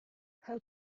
how